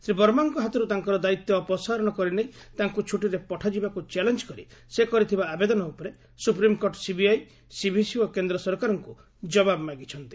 ଶ୍ରୀ ବର୍ମାଙ୍କ ହାତରୁ ତାଙ୍କର ଦାୟିତ୍ୱ ଅପସାରଣ କରିନେଇ ତାଙ୍କୁ ଛୁଟିରେ ପଠାଯିବାକୁ ଚ୍ୟାଲେଞ୍ଜ୍ କରି ସେ କରିଥିବା ଆବେଦନ ଉପରେ ସୁପ୍ରିମ୍କୋର୍ଟ ସିବିଆଇ ସିଭିସି ଓ କେନ୍ଦ୍ର ସରକାରଙ୍କୁ ଜବାବ ମାଗିଛନ୍ତି